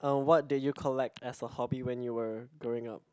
um what did you collect as a hobby when you were growing up